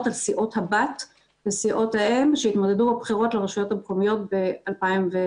על סיעות הבת וסיעות האם שהתמודדו בבחירות לרשויות המקומיות ב-2018.